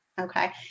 okay